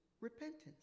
repentance